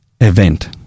event